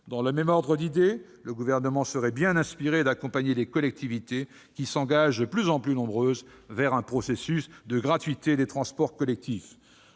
Dans le même ordre d'idées, le Gouvernement serait bien inspiré d'accompagner les collectivités qui sont de plus en plus nombreuses à s'engager en faveur de la gratuité des transports collectifs.